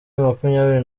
makumyabiri